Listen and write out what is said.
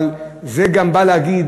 אבל זה גם בא להגיד